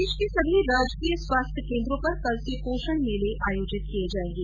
प्रदेश के सभी राजकीय स्वास्थ्य केन्द्रों पर कल से पोषण मेले आयोजित किए जाएंगे